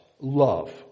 love